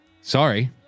Sorry